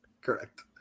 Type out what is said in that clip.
correct